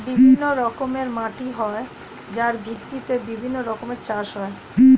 বিভিন্ন রকমের মাটি হয় যার ভিত্তিতে বিভিন্ন রকমের চাষ হয়